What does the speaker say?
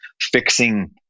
fixing